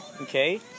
Okay